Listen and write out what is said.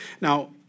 Now